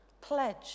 pledge